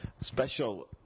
special